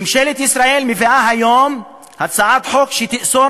ממשלת ישראל מביאה היום גם הצעת חוק שתאסור